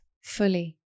fully